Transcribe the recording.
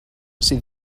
sydd